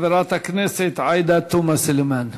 ואחריו, חברת הכנסת עאידה תומא סלימאן.